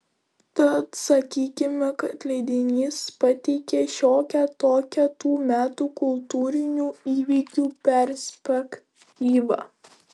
tad sakykime kad leidinys pateikė šiokią tokią tų metų kultūrinių įvykių perspektyvą